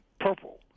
purple